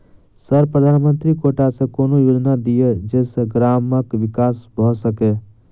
Sir प्रधानमंत्री quota सऽ कोनो योजना दिय जै सऽ ग्रामक विकास भऽ सकै?